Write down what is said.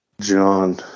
John